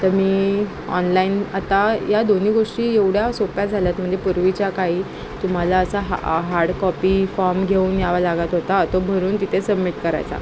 तर मी ऑनलाईन आता या दोन्ही गोष्टी एवढ्या सोप्या झाल्या आहेत म्हणजे पूर्वीच्या काळी तुम्हाला असा हा हार्डकॉपी फॉर्म घेऊन यावं लागत होता तो भरून तिथे सबमिट करायचा